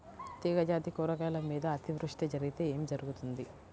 తీగజాతి కూరగాయల మీద అతివృష్టి జరిగితే ఏమి జరుగుతుంది?